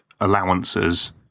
allowances